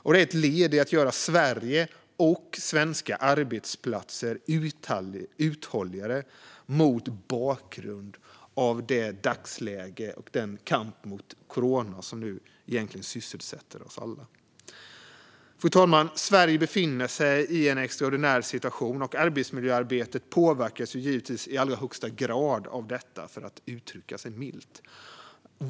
Det är ett led i att göra Sverige och svenska arbetsplatser uthålligare mot bakgrund av dagsläget och den kamp mot corona som nu egentligen sysselsätter oss alla. Fru talman! Sverige befinner sig i en extraordinär situation. Arbetsmiljöarbetet påverkas givetvis i allra högsta grad av detta, milt uttryckt.